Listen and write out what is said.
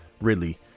Ridley